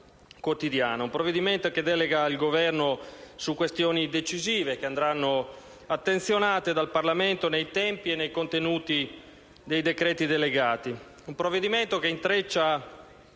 un provvedimento che delega il Governo ad affrontare questioni decisive, che andranno attenzionate dal Parlamento, valutando i tempi e i contenuti dei decreti delegati.